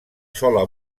sola